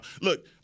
Look